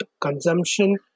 consumption